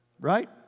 Right